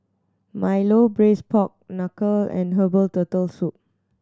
milo Braised Pork Knuckle and herbal Turtle Soup